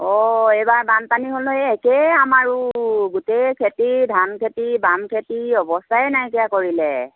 অঁ এইবাৰ বানপানী হ'ল নহয় একেই আমাৰো গোটেই খেতি ধান খেতি বাম খেতি অৱস্থাই নাইকিয়া কৰিলে